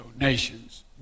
nations